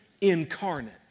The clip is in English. incarnate